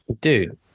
dude